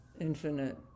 infinite